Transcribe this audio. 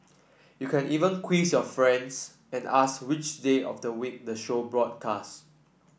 you can even quiz your friends and ask which day of the week the show was broadcast